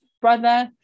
brother